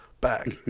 back